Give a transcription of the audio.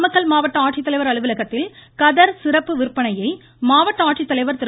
நாமக்கல் மாவட்ட ஆட்சித்தலைவா் அலுவலகத்தில் கதர் சிறப்பு விற்பனையை மாவட்ட ஆட்சித்தலைவர் திரு